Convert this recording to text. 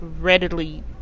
readily